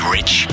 Rich